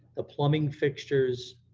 the plumbing fixtures.